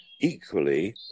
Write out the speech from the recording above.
Equally